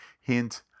Hint